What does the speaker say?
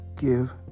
give